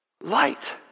light